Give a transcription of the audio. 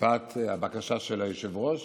מפאת הבקשה של היושב-ראש